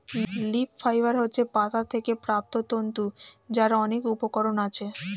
leaf fibre হচ্ছে পাতা থেকে প্রাপ্ত তন্তু যার অনেক উপকরণ আছে